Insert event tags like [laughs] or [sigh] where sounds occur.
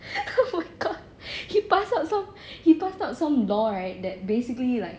[laughs] oh my god he pass out some he pass out some law right that basically like